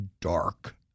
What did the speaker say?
Dark